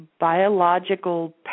biological